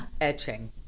etching